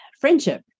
friendship